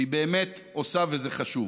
והיא באמת עושה, וזה חשוב,